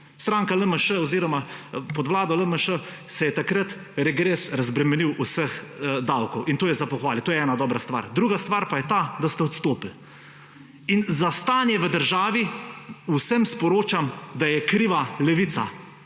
Stranka LMŠ oziroma pod vlado LMŠ se je takrat regres razbremenil vseh davkov in to je za pohvalit, to je ena dobra stvar. Druga stvar pa je ta, da ste odstopili. In za stanje v državi, vsem sporočam, da je kriva Levica.